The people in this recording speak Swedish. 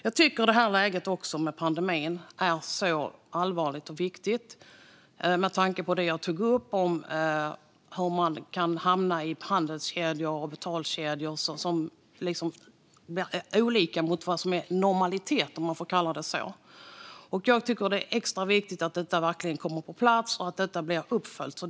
Jag tycker att läget med pandemin är allvarligt och viktigt med tanke på det jag tog upp om hur man kan hamna i handelskedjor och betalkedjor som är annorlunda jämfört med det som är normalitet, om jag får kalla det så. Jag tycker att det är extra viktigt att detta verkligen kommer på plats och att detta blir uppföljt.